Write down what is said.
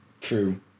true